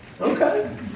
Okay